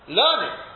learning